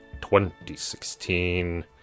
2016